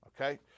okay